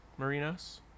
Marinos